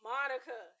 Monica